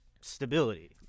stability